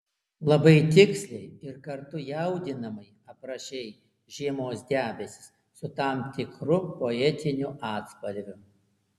labai tiksliai ir kartu jaudinamai aprašei žiemos debesis su tam tikru poetiniu atspalviu